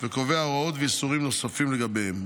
וקובע הוראות ואיסורים נוספים לגביהן.